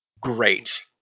Great